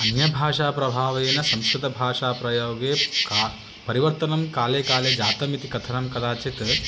अन्यभाषाप्रभावेन संस्कृतभाषा प्रयोगे का परिवर्तनं काले काले जातमिति कथनं कदाचित्